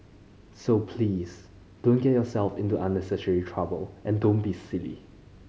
so please don't get yourself into unnecessary trouble and don't be silly